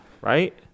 right